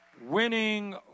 Winning